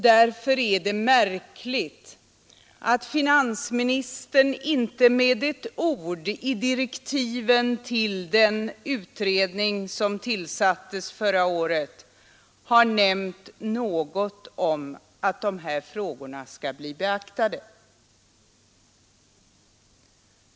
Därför är det märkligt att finansministern inte med ett ord i direktiven till den utredning som tillsattes förra året har nämnt något om att de här frågorna skall bli beaktade.